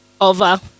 over